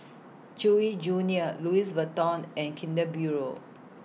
Chewy Junior Louis Vuitton and Kinder Bueno